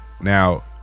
Now